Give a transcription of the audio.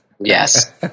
Yes